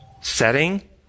setting